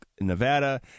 Nevada